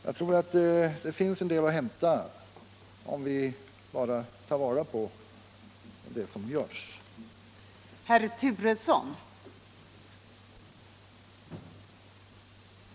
Jag är övertygad: om att det finns en hel del att hämta, om vi bara tar vara på de möjligheter som står till buds.